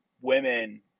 women